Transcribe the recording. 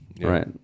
Right